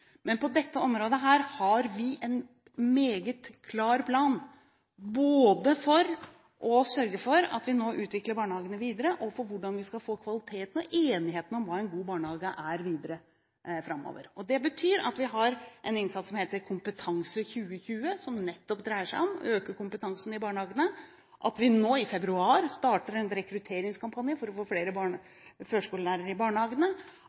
Men på dette området har vi en meget klar plan, både for å sørge for at vi utvikler barnehagene videre og for å sørge for kvaliteten – og enigheten om hva en god barnehage er – videre framover. Vi gjør nå en innsats gjennom Kompetanse 2020, som nettopp dreier seg om å øke kompetansen i barnehagene. Det betyr at vi nå i februar starter en rekrutteringskampanje for å få flere førskolelærere i barnehagene,